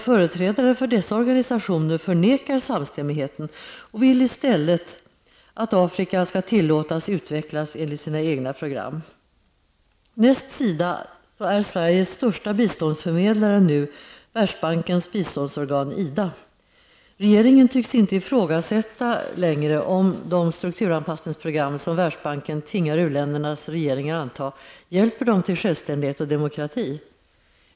Företrädare för dessa organisationer förnekar samstämmigheten och vill i stället att Afrika skall tillåtas utvecklas enligt sina egna program. Näst SIDA är Sveriges största biståndsförmedlare Världsbankens biståndsorgan IDA. Regeringen tycks inte ifrågasätta längre om de strukturanpassningsprogram som Världsbanken tvingar u-länders regeringar att anta hjälper dem till självständighet och demokrati.